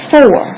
Four